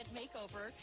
makeover